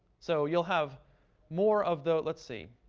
so, you'll have more of the let's see.